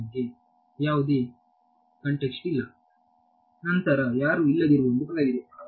ಬಗ್ಗೆ ಯಾವುದೇ ಕಂಟೆಸ್ಟ್ ಇಲ್ಲ ನಂತರ ಯಾರೂ ಇಲ್ಲದಿರುವ ಒಂದು ಪದವಿದೆ